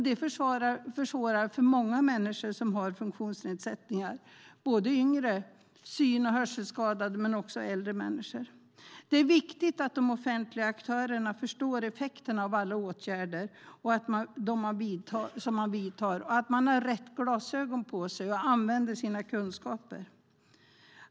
Det försvårar för många människor som har funktionsnedsättningar, både yngre syn och hörselskadade och äldre människor. Det är viktigt att de offentliga aktörerna förstår effekterna av alla åtgärder som man vidtar, att man har rätt glasögon på sig och använder sina kunskaper.